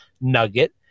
nugget